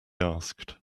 asked